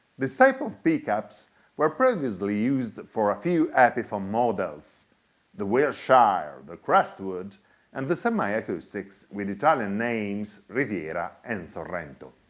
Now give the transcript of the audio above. this type of pickups were previously used for a few epiphone models the wilshire, the crestwood and the semi-acoustics with italian names riviera and sorrento.